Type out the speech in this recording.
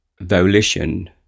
volition